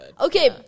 Okay